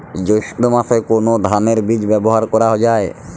জৈষ্ঠ্য মাসে কোন ধানের বীজ ব্যবহার করা যায়?